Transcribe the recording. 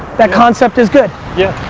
that concept is good. yeah.